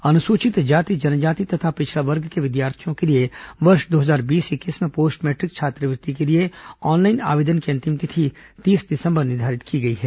अनुसूचित जाति जनजाति तथा पिछड़ा वर्ग के विद्यार्थियों के लिए वर्ष दो हजार बीस इक्कीस में पोस्ट मैट्रिक छात्रवृत्ति के लिए ऑनलाइन आवेदन की अंतिम तिथि तीस दिसंबर निर्धारित की गई है